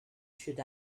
should